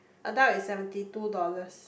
I doubt it's seventy two dollars